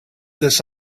this